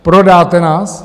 Prodáte nás?